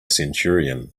centurion